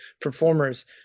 performers